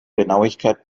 genauigkeit